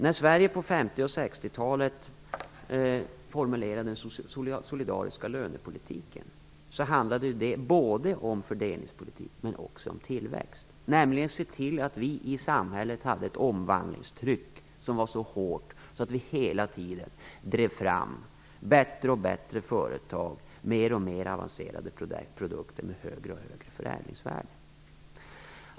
När Sverige på 50 och 60-talen formulerade den solidariska lönepolitiken handlade det om både fördelningspolitik och tillväxt, och om att se till att vi i samhället hade ett omvandlingstryck som var så hårt att vi hela tiden drev fram bättre företag och mer avancerade produkter med allt högre förädlingsvärde.